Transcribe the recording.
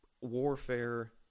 warfare